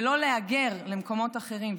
ולא להגר למקומות אחרים?